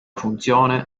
funzione